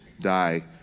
die